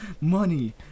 money